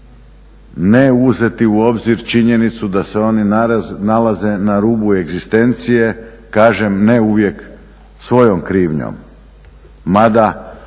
ne uzeti u obzir činjenicu da se oni nalaze na rubu egzistencije, kažem ne uvijek svojom krivnjom.